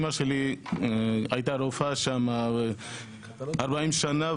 אמא שלי הייתה רופאה שם 40 שנים,